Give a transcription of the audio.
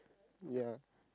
ya